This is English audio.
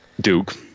Duke